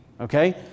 okay